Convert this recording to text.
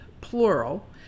plural